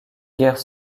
guerre